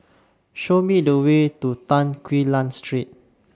Show Me The Way to Tan Quee Lan Street